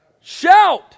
shout